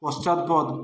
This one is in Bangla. পশ্চাৎপদ